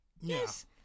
yes